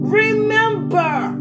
remember